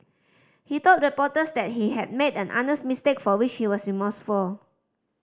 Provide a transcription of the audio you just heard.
he told reporters that he had made an honest mistake for which he was remorseful